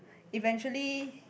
eventually